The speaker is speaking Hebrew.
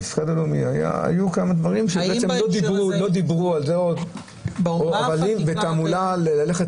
היו כמה דברים שלא דיברו --- אבל אם בתעמולה שאומרת ללכת